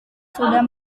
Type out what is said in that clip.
sudah